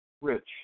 Rich